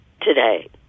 today